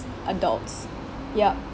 adults yup